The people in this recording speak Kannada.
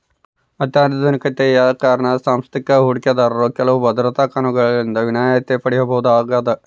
ಅತ್ಯಾಧುನಿಕತೆಯ ಕಾರಣ ಸಾಂಸ್ಥಿಕ ಹೂಡಿಕೆದಾರರು ಕೆಲವು ಭದ್ರತಾ ಕಾನೂನುಗಳಿಂದ ವಿನಾಯಿತಿ ಪಡೆಯಬಹುದಾಗದ